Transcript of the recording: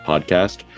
podcast